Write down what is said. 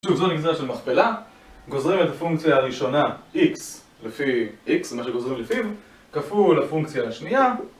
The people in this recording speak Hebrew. זו נגזרת של מכפלה, גוזרים את הפונקציה הראשונה x לפי x, מה שגוזרים לפיו, כפול הפונקציה השנייה